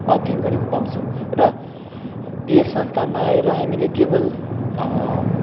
अध्ययन गरेको पाउँछौँ र यस संस्थानमा आएर हामीले केवल